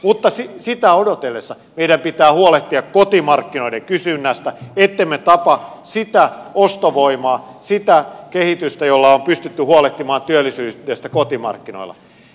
mutta sitä odotellessa meidän pitää huolehtia kotimarkkinoiden kysynnästä ettemme tapa sitä ostovoimaa sitä kehitystä jolla on pystytty huolehtimaan työllisyydestä kotimarkkinoilla